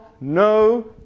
no